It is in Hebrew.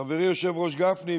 חברי היושב-ראש גפני,